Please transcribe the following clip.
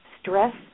Stress